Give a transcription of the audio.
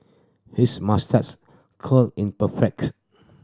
his moustache curl in perfect